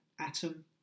atom